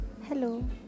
Hello